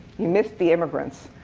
you missed the immigrants.